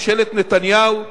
ממשלת נתניהו,